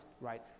right